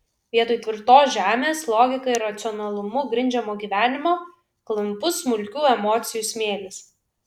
vietoj tvirtos žemės logika ir racionalumu grindžiamo gyvenimo klampus smulkių emocijų smėlis